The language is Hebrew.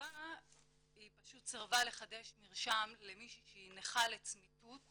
וכתגובה היא פשוט סירבה לחדש מרשם למישהי שהיא נכה לצמיתות